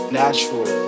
natural